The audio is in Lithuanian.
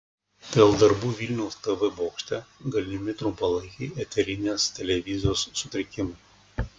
dėl darbų vilniaus tv bokšte galimi trumpalaikiai eterinės televizijos sutrikimai